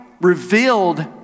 revealed